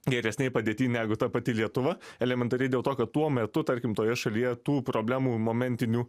geresnėj padėty negu ta pati lietuva elementariai dėl to kad tuo metu tarkim toje šalyje tų problemų momentinių